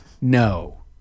no